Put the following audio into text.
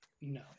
no